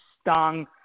stung